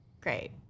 great